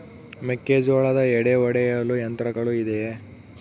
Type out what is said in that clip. ಮೆಕ್ಕೆಜೋಳದ ಎಡೆ ಒಡೆಯಲು ಯಂತ್ರಗಳು ಇದೆಯೆ?